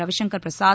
Ravishankar Prasad